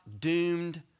doomed